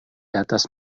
atas